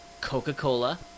Coca-Cola